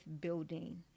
building